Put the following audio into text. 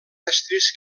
estris